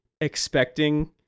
expecting